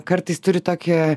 kartais turi tokį